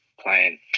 playing